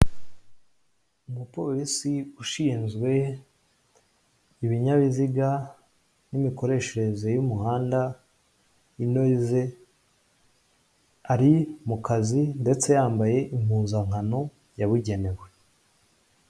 Umupolisi ushinzwe ibinyabiziga n'imikoreshereze y'umuhanda inoze, ari mu kazi ndetse yambaye impuzankano yabugenewe.